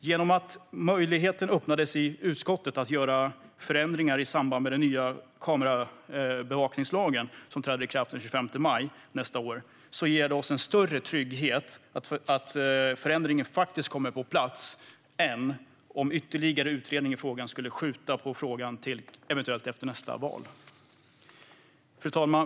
Genom att möjligheten öppnades i utskottet att göra förändringen i samband med den nya kamerabevakningslagen, som träder i kraft den 25 maj nästa år, ger det en större trygghet att förändringen faktiskt kommer på plats än om ytterligare utredning skulle skjuta upp frågan till efter nästa val. Fru talman!